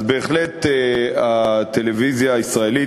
בהחלט הטלוויזיה הישראלית,